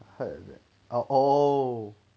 I heard that oh